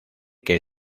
que